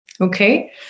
Okay